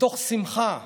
מתוך שמחה.